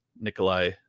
Nikolai